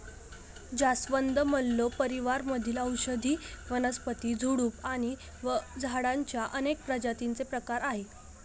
जास्वंद, मल्लो परिवार मधील औषधी वनस्पती, झुडूप आणि झाडांच्या अनेक प्रजातींचे प्रकार आहे